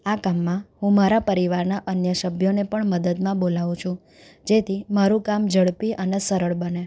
આ કામમાં હું મારા પરિવારના અન્ય સભ્યોને પણ મદદમાં બોલાવું છું જેથી મારું કામ ઝડપી અને સરળ બને